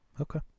Okay